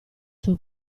suo